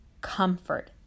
comfort